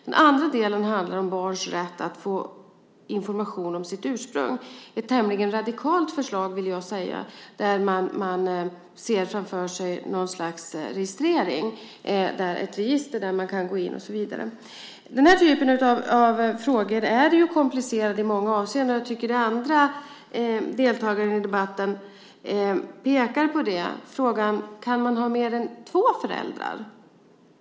Den andra delen handlar om barns rätt att få information om sitt ursprung, ett tämligen radikalt förslag, vill jag säga, där man ser framför sig något slags register där man kan gå in. Den här typen av frågor är ju komplicerade i många avseenden. Jag tycker att den andra deltagaren i debatten pekar på det i frågan: Kan man ha mer än två föräldrar?